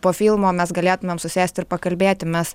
po filmo mes galėtumėm susėst ir pakalbėti mes